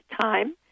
time